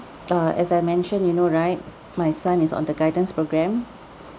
uh as I mentioned you know right my son is on the guidance programme